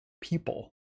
people